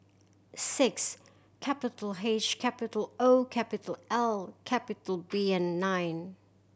six capital H capital O capital L capital B and nine